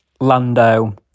Lando